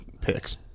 picks